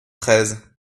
treize